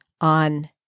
on